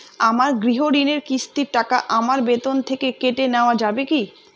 আমার গৃহঋণের কিস্তির টাকা আমার বেতন থেকে কেটে নেওয়া যাবে কি?